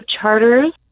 Charters